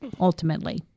ultimately